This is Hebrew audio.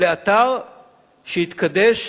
לאתר שהתקדש